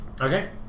Okay